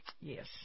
Yes